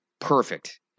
perfect